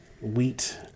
wheat